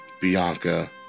Bianca